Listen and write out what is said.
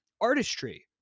artistry